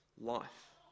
life